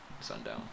sundown